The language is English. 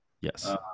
Yes